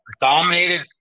dominated